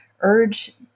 urge